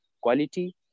quality